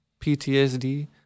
PTSD